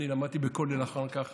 אני למדתי בכולל אחר כך,